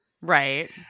right